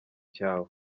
cyawe